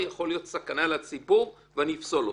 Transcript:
זה יכול להיות סכנה לציבור ואני אפסול אותו.